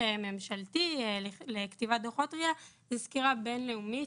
הממשלתי לכתיבת דוחות RIA זה סקירה בין-לאומית,